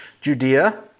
Judea